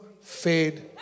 fade